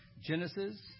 Genesis